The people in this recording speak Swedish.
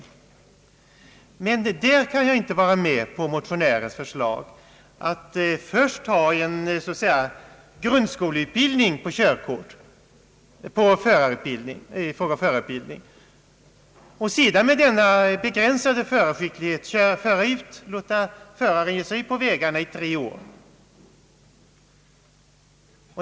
I detta avseende kan jag inte gå med på motionärernas förslag, nämligen att det först skall finnas en så att säga grundskoleutbildning för förarna och att man sedan skall låta förare med denna begränsade utbildning ge sig ut på vägarna med bil under tre år.